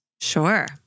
Sure